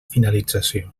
finalització